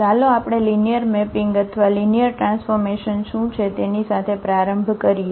તેથી ચાલો આપણે લિનિયર મેપિંગ અથવા લિનિયર ટ્રાન્સફોર્મેશન શું છે તેની સાથે પ્રારંભ કરીએ